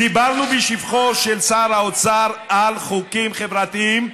דיברנו בשבחו של שר האוצר על חוקים חברתיים,